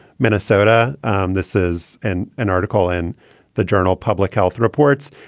minnesota. um this is in an article in the journal public health reports.